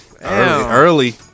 early